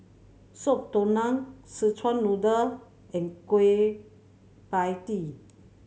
Soup Tulang Szechuan Noodle and Kueh Pie Tee